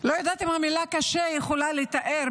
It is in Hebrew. לא יודעת אם המילה "קשה" יכולה לתאר,